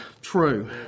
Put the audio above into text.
true